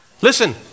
Listen